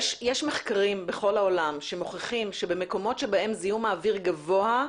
יש מחקרים בכל העולם שמוכיחים שבמקומות שבהם זיהום האוויר גבוה,